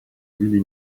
really